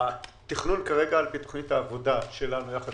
התכנון כרגע על פי תוכנית העבודה שלנו ביחד